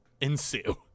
ensue